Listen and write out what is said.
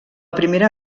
primera